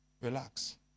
Relax